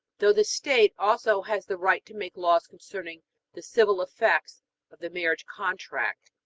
though the state also has the right to make laws concerning the civil effects of the marriage contract.